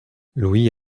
louis